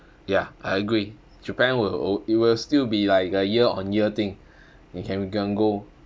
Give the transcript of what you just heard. ya I agree japan will will it will still be like a year on year thing you can can go